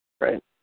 Right